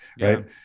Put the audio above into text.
right